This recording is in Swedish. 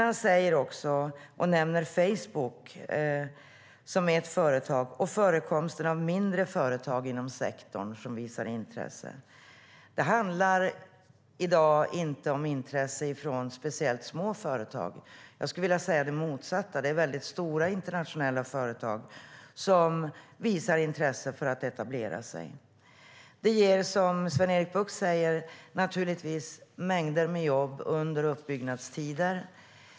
Han nämnde Facebook som ett företag och förekomsten av mindre företag inom sektorn som visar intresse. Det handlar i dag om intresse från företag som inte är speciellt små. Jag skulle vilja säga det motsatta: Det är väldigt stora internationella företag som visar intresse för att etablera sig. Det ger som Sven-Erik Bucht säger mängder av jobb under uppbyggnadstiden.